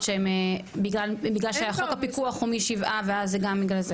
שהם בגלל שהחוק הפיקוח הוא משבעה ואז זה גם בגלל זה?